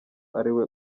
ariwe